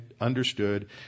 understood